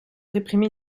réprimer